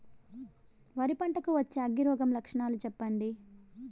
వరి పంట కు వచ్చే అగ్గి రోగం లక్షణాలు చెప్పండి?